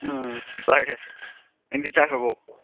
ꯎꯝ ꯆꯥꯏꯍꯦ ꯅꯪꯗꯤ ꯆꯥꯈ꯭ꯔꯕꯣ